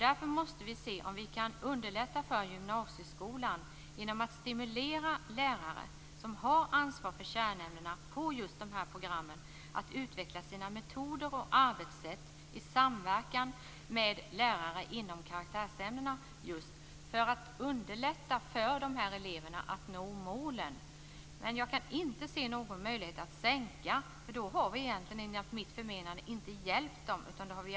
Därför måste vi se om vi kan underlätta för gymnasieskolan genom att stimulera lärare som har ansvar för kärnämnena på just de här programmen att utveckla sina metoder och arbetssätt i samverkan med lärare inom karaktärsämnena just för att underlätta för de här eleverna att nå målen. Jag kan dock inte se någon möjlighet att sänka kraven, för då har vi egentligen, enligt mitt förmenande, inte hjälpt de här eleverna.